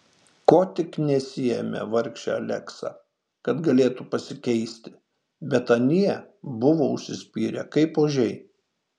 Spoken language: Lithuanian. ko tik nesiėmė vargšė aleksa kad galėtų pasikeisti bet anie buvo užsispyrę kaip ožiai